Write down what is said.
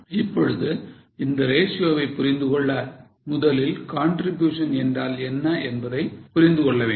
இப்பொழுது இந்த ratio வை புரிந்துகொள்ள முதலில் contribution என்றால் என்ன என்பதை புரிந்துகொள்ள வேண்டும்